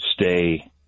stay